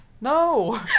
No